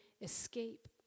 escape